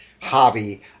hobby